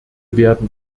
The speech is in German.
werden